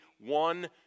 one